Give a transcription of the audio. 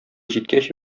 җиткәч